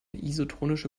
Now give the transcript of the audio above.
isotonische